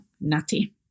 nutty